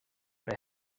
and